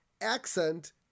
accent